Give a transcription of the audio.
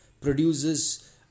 produces